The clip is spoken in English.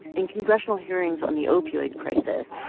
in congressional hearings on the opioid crisis,